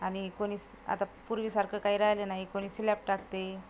आणि कोणीच आता पूर्वीसारखं काय राहिलं नाही कोणी स्लॅप टाकते